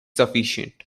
sufficient